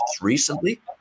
recently